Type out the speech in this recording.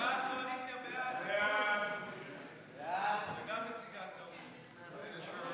בקשת הממשלה להאריך בצו את תוקפו של חוק